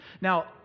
Now